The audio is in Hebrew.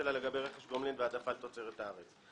שלה לגבי רכש גומלין והעדפת תוצרת הארץ.